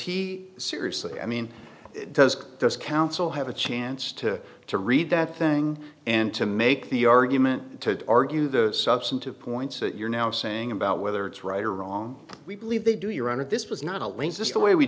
he seriously i mean does this counsel have a chance to to read that thing and to make the argument to argue the substantive points that you're now saying about whether it's right or wrong we believe they do your honor this was not a link this the way we